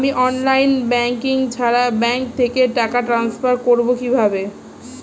আমি online banking ছাড়া bank থেকে টাকা ট্রান্সফার করবো কিভাবে?